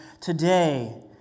today